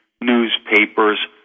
newspapers